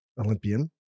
Olympian